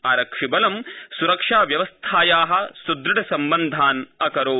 आरक्षिबलं स्रक्षाव्यवस्थाया सुदृढसम्बन्धान् अकुर्वत्